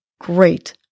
great